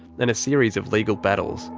and a series of legal battles